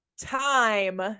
time